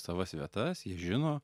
į savas vietas jie žino